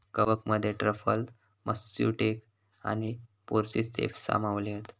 कवकमध्ये truffles, matsutake आणि porcini ceps सामावले हत